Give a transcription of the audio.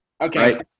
Okay